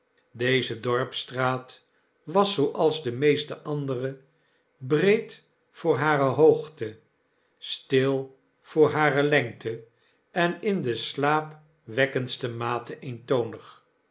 deze dorpstraat was zooals de meeste andere breed voor hare hoogte stil voor hare lengte en in de slaapwekkendste mate